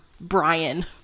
Brian